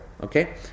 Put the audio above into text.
Okay